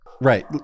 Right